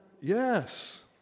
Yes